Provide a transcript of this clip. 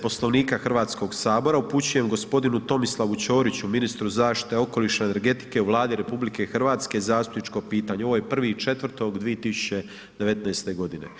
Poslovnika Hrvatskoga sabora upućujem gospodinu Tomislavu Ćoriću, ministru zaštite okoliša i energetike u Vladi RH zastupničko pitanje.“, ovo je 1.4.2019. godine.